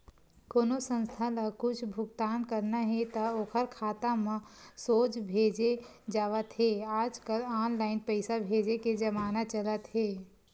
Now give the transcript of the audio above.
कोनो संस्था ल कुछ भुगतान करना हे त ओखर खाता म सोझ भेजे जावत हे आजकल ऑनलाईन पइसा भेजे के जमाना चलत हे